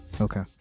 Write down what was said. okay